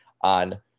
on